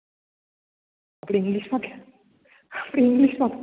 આપણે ઇંગ્લીશમાં કેમ આપણે ઇંગ્લીશમાં